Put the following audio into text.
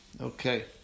Okay